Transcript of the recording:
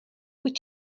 wyt